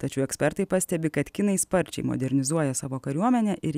tačiau ekspertai pastebi kad kinai sparčiai modernizuoja savo kariuomenę ir